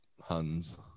huns